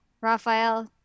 Raphael